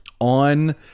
on